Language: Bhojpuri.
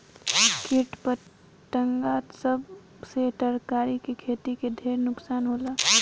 किट पतंगा सब से तरकारी के खेती के ढेर नुकसान होला